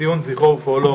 (ציון זכרו ופועלו),